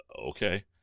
okay